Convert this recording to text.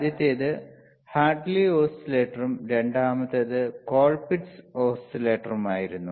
ആദ്യത്തേത് ഹാർട്ട്ലി ഓസിലേറ്ററും രണ്ടാമത്തേത് കോൾപിറ്റ്സ് ഓസിലേറ്ററുമായിരുന്നു